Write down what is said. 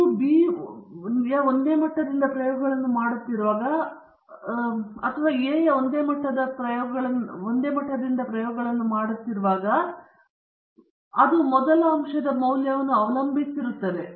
ನೀವು ಬಿ ಒಂದು ಮಟ್ಟದಿಂದ ಪ್ರಯೋಗಗಳನ್ನು ಮಾಡುತ್ತಿರುವಾಗ ಮತ್ತು ಇತರ ಹಂತದ ಬಿ ಗೆ ಹೋದಾಗ ಪ್ರತಿಕ್ರಿಯೆ ಮೊದಲ ಅಂಶದ ಮೌಲ್ಯವನ್ನು ಅವಲಂಬಿಸಿರುತ್ತದೆ